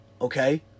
okay